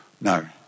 No